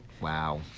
Wow